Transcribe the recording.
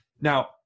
Now